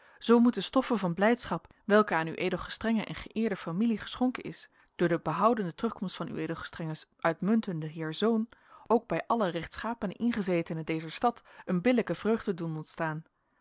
zoo moet de stoffe van blijdschap welke aan ueg en geëerde familie geschonken is door de behoudene terugkomst van uegs uitmuntenden heer zoon ook bij alle rechtschapene ingezetenen dezer stad een billijke vreugde doen ontstaan